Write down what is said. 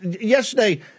Yesterday